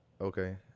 okay